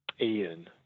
Ian